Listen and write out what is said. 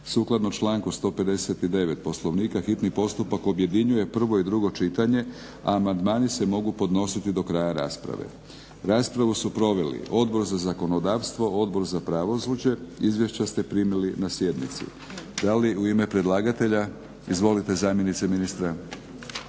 Sukladno članku 159. Poslovnika hitni postupak objedinjuje prvo i drugo čitanje. Amandmani se mogu podnositi do kraja rasprave. Raspravu su proveli Odbor za zakonodavstvo, Odbor za pravosuđe. Izvješća ste primili na sjednici. Da li u ime predlagatelja? Izvolite zamjenice ministra.